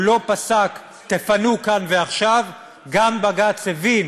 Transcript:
הוא לא פסק: תפנו כאן ועכשיו, גם בג"ץ הבין